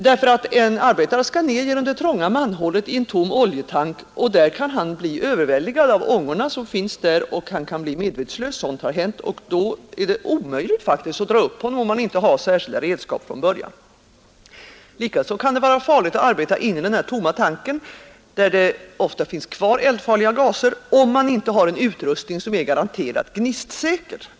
När en arbetare skall ner genom det trånga manhålet i en tom oljetank, kan han överväldigas av ångorna som finns där och bli medvetslös. Då är det omöjligt att dra upp honom, om man inte har särskilda redskap från början. Det är likaså farligt att arbeta inne i den tomma tanken, där eldfarliga gaser kan finnas kvar, om man inte har en utrustning som är garanterat gnistsäker.